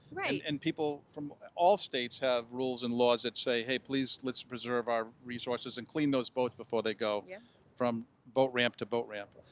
and people from all states have rules and laws that say, hey, please let's preserve our resources and clean those boats before they go yeah from boat ramp to boat ramp.